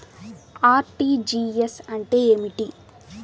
RTGS అంటే ఏమి?